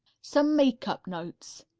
some makeup notes